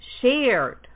shared